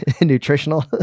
nutritional